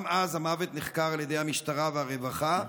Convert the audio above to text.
גם אז המוות נחקר על ידי המשטרה והרווחה,